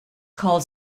called